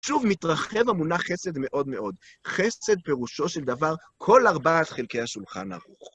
שוב, מתרחב המונח חסד מאוד מאוד. חסד פירושו של דבר כל ארבעת חלקי השולחן ערוך.